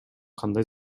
кандай